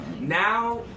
Now